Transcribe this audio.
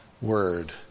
word